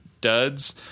duds